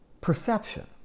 perception